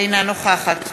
אינה נוכחת